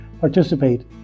participate